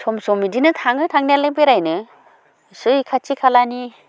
सम सम इदिनो थाङो थांनायालाय बेरायनो एसे खाथि खालानि